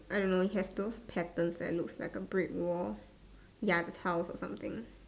I don't know they have those patterns that looks like a brick wall ya the tiles or something